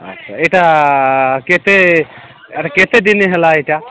ଆଚ୍ଛା ଏଇଟା କେତେ ଆରେ କେତେଦିନି ହେଲା ଏଇଟା